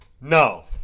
No